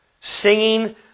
singing